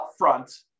upfront